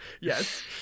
yes